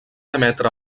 emetre